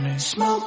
Smoke